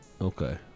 Okay